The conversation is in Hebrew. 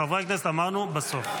חברי הכנסת, אמרנו בסוף.